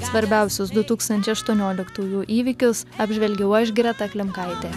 svarbiausius du tūkstančiai aštuonioliktųjų įvykius apžvelgiau aš greta klimkaitė